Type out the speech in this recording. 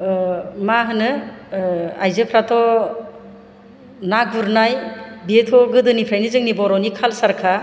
मा होनो आइजोफ्राथ' ना गुरनाय बियोथ' गोदोनिफ्रायनो जोंनि बर'नि कालचारखा